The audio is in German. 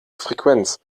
frequenz